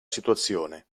situazione